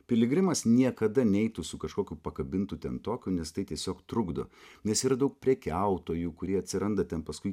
piligrimas niekada neitų su kažkokiu pakabintu ten tokiu nes tai tiesiog trukdo nes ir daug prekiautojų kurie atsiranda ten paskui